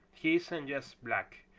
he isn't just black!